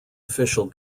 official